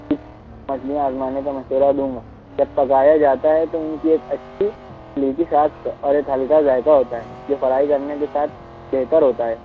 مچھلی آزمانے کا مشورہ دوں گا جب پکایا جاتا ہے تو ان کی ایک اچھی میٹھی شاخص اور ایک ہلکا ذائقہ ہوتا ہے جو فرائی کرنے کے ساتھ بہتر ہوتا ہے